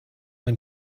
man